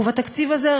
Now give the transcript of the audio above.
ובתקציב הזה,